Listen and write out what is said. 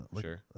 sure